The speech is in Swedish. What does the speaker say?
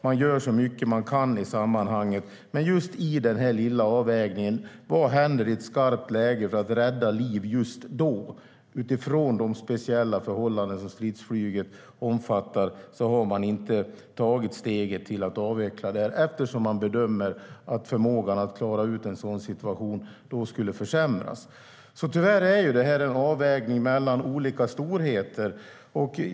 Man gör så mycket man kan i sammanhanget, men det handlar om den lilla avvägningen av vad som händer i ett skarpt läge och hur man kan rädda liv just då. Utifrån de speciella förhållanden stridsflyget omfattar har man inte tagit steget till att avveckla detta eftersom man bedömer att förmågan att klara ut en sådan situation då skulle försämras. Tyvärr är det alltså en avvägning mellan olika storheter.